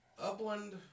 Upland